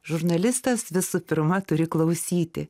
žurnalistas visų pirma turi klausyti